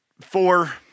four